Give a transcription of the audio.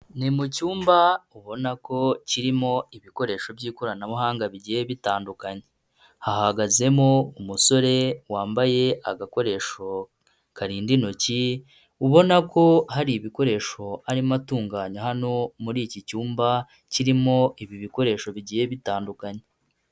Ni mu cyumba ubona ko kirimo ibikoresho by'ikoranabuhanga bigiye bitandukanye, hahagazemo umusore wambaye agakoresho karinda intoki ubona ko hari ibikoresho arimo atunganya hano muri iki cyumba kirimo ibi bikoresho bigiye bitandukanye.